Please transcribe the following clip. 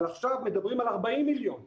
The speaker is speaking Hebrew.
אבל עכשיו מדברים על 40 מיליון --- כן,